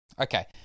okay